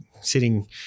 sitting